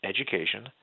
education